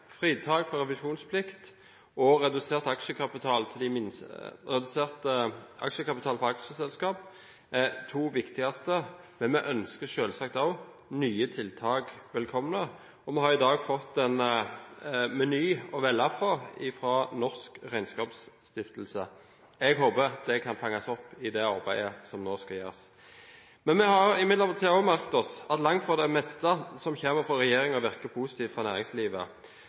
Fritak for revisjonsplikt og redusert krav til aksjekapital er de to viktigste. Vi ønsker selvsagt også nye tiltak velkommen. Vi har i dag fått en meny fra Norsk regnskapsstiftelse å velge fra. Jeg håper det kan fanges opp i arbeidet som nå skal gjøres. Vi har imidlertid merket oss at langt fra det meste av det som kommer fra regjeringen, virker positivt for næringslivet.